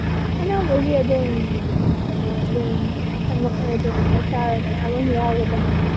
ꯑꯅꯧꯕꯒꯤ ꯑꯗꯨꯝ ꯀꯩꯅꯣ ꯑꯗꯨꯝ ꯃꯈꯜ ꯃꯈꯜ ꯑꯗꯨꯝ ꯍꯩꯁ ꯑꯥꯔ ꯃꯌꯥꯝ ꯑꯃ ꯌꯥꯎꯔꯦꯗ